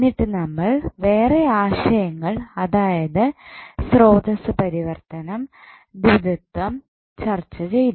എന്നിട്ട് നമ്മൾ വേറെ ആശയങ്ങൾ അതായത് സ്രോതസ്സ്പരിവർത്തനം ദ്വിത്വം ചർച്ച ചെയ്തു